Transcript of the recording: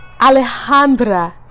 Alejandra